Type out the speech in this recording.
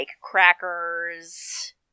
crackers